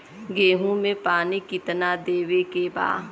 गेहूँ मे पानी कितनादेवे के बा?